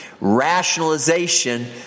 rationalization